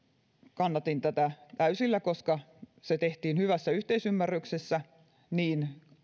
kannatin tätä täysillä koska se tehtiin hyvässä yhteisymmärryksessä niin